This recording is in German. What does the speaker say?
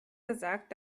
gesagt